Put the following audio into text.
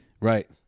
Right